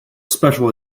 special